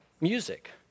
music